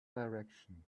direction